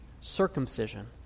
circumcision